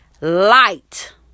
light